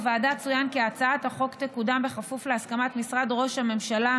בוועדה צוין כי הצעת החוק תקודם בכפוף להסכמת משרד ראש הממשלה,